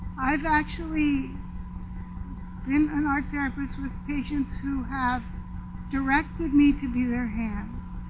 i've actually been an art therapist with patients who have directed me to view their hands.